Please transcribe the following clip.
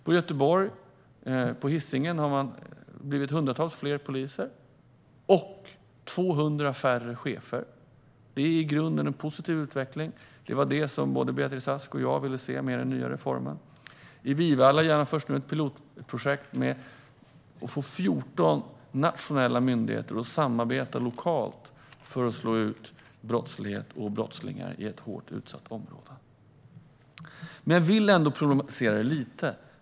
På Hisingen i Göteborg har det blivit hundratals fler poliser och 200 färre chefer. Det är i grunden en positiv utveckling. Det var det som både Beatrice Ask och jag ville se med den nya reformen. I Vivalla genomförs nu ett pilotprojekt som handlar om att få 14 nationella myndigheter att samarbeta lokalt för att slå ut brottslighet och brottslingar i ett hårt utsatt område. Men jag vill ändå problematisera det lite.